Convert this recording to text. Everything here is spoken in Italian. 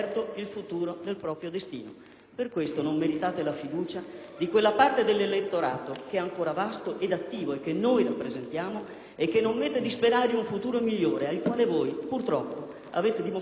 Per questo non meritate la fiducia di quella parte dell'elettorato che è ancora vasto ed attivo e che noi rappresentiamo, che non smette di sperare in un futuro migliore al quale voi, purtroppo, avete dimostrato di non voler appartenere.